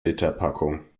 literpackung